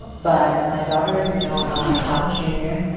but my daughter is now a college junior,